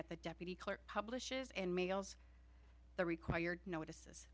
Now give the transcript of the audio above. that the deputy clerk publishes and mails the required notices